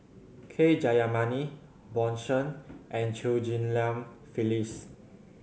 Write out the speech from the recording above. K Jayamani Bjorn Shen and Chew Ghim Lian Phyllis